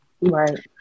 Right